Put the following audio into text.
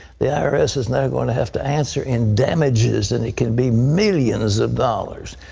the i r s. is now going to have to answer in damages, and it could be millions of dollars.